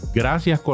gracias